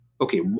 Okay